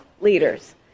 leaders